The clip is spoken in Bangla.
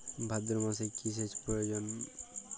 ভাদ্রমাসে কি সেচ প্রয়োজন?